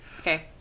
okay